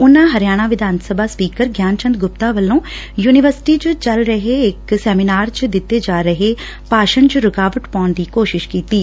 ਉਨਾ ਹਰਿਆਣਾ ਵਿਧਾਨ ਸਭਾ ਸਪੀਕਰ ਗਿਆਨ ਚੰਦ ਗੁਪਤਾ ਵੱਲੋ ਯੁਨੀਵਰਸਿਟੀ ਚ ਚੱਲ ਰਹੇ ਇਕ ਸੈਮੀਨਾਰ ਚ ਦਿਤੇ ਜਾ ਰਹੇ ਭਾਸ਼ਣ ਚ ਰੁਕਾਵਟ ਪਾਉਣ ਦੀ ਕੋਸ਼ਿਸ਼ ਕੀਤੀ ਗਈ